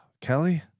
Kelly